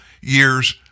years